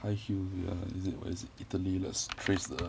high heel ya is it what is it italy let's trace the